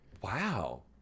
Wow